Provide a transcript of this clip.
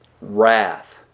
wrath